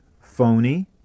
phony